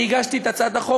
אני הגשתי את הצעת החוק,